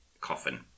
coffin